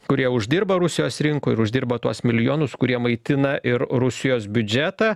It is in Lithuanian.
kurie uždirba rusijos rinkoj ir uždirba tuos milijonus kurie maitina ir rusijos biudžetą